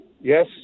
Yes